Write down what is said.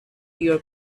your